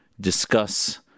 discuss